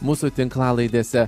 mūsų tinklalaidėse